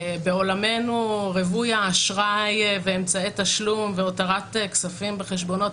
בעולמנו רווי האשראי ואמצעי תשלום והותרת כספים בחשבונות,